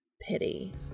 Pity